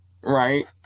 right